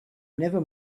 never